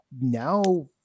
now